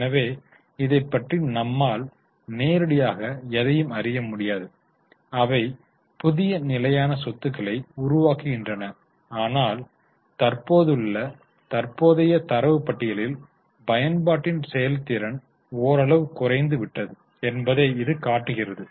எனவே இதைப் பற்றி நம்மால் நேரடியாக எதையும் அறிய முடியாது அவை புதிய நிலையான சொத்துக்களை உருவாக்குகின்றன ஆனால் தற்போதுள்ள தற்போதைய தரவு பட்டியலில் பயன்பாட்டின் செயல்திறன் ஓரளவு குறைந்து விட்டது என்பதை இது காட்டுகிறது